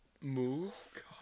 move